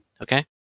Okay